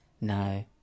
No